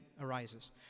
arises